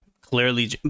clearly